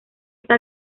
esta